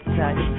touch